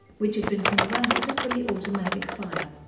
which had been converted to fully automatic fire.